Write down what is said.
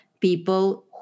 people